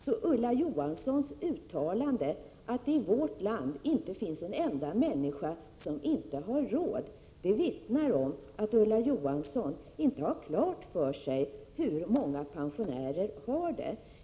Så Ulla Johanssons uttalande att det i vårt land inte finns en enda människa som inte har råd vittnar om att Ulla Johansson inte har klart för sig hur många pensionärer verkligen har det.